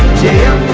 jail